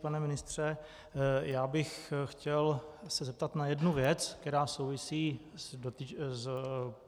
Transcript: Pane ministře, chtěl bych se zeptat na jednu věc, která souvisí s